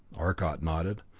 arcot nodded.